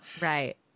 Right